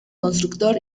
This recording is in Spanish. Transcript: constructor